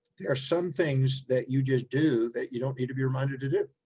there are some things that you just do that you don't need to be reminded to do,